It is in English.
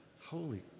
holy